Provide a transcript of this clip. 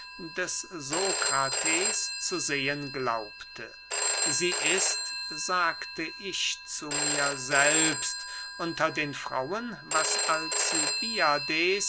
des sokrates zu sehen glaubte sie ist sagte ich zu mir selbst unter den frauen was alcibiades